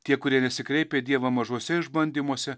tie kurie nesikreipia į dievą mažuose išbandymuose